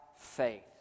Faith